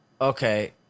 Okay